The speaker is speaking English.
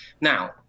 now